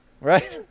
right